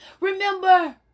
Remember